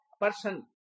person